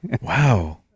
Wow